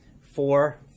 four